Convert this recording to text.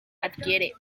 adquiere